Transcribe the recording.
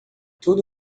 tudo